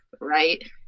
right